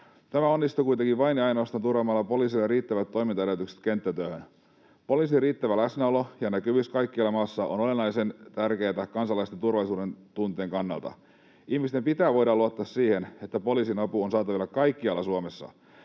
Tämä onnistuu kuitenkin vain ja ainoastaan turvaamalla poliisille riittävät toimintaedellytykset kenttätyöhön. Poliisin riittävä läsnäolo ja näkyvyys kaikkialla maassa on olennaisen tärkeätä kansalaisten turvallisuudentunteen kannalta. Ihmisten pitää voida luottaa siihen, että poliisin apu on saatavilla kaikkialla Suomessa.